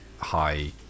high